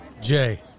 Jay